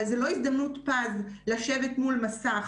אבל זו לא הזדמנות פז לשבת מול מסך